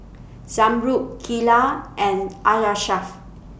Zamrud Geelah and Arashaff